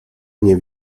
nie